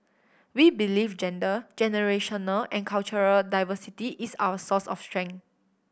we believe gender generational and cultural diversity is our source of strength